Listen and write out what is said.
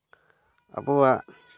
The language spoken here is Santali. ᱟᱵᱚᱣᱟᱜ